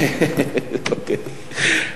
אוקיי,